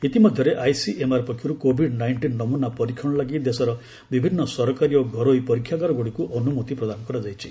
ଇତିମଧ୍ୟରେ ଆଇସିଏମ୍ଆର ପକ୍ଷରୁ Covid nineteen ନମୁନା ପରୀକ୍ଷଣ ଲାଗି ଦେଶର ବିଭିନ୍ନ ସରକାରୀ ଓ ଘରୋଇ ପରୀକ୍ଷାଗାରଗୁଡ଼ିକୁ ଅନୁମତି ପ୍ରଦାନ କରାଯାଇଛି